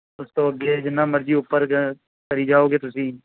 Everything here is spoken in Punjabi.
ਉਸ ਤੋਂ ਅੱਗੇ ਜਿੰਨਾ ਮਰਜ਼ੀ ਉੱਪਰ ਕਰੀ ਜਾਓਗੇ ਤੁਸੀਂ